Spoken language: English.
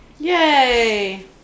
Yay